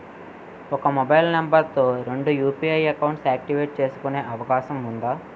ఒక mobile number తో రెండు యు.పి.ఐ అకౌంట్స్ యాక్టివేట్ చేసుకునే అవకాశం వుందా?